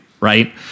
right